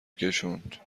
کشوند